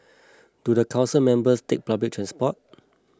do the council members take public transport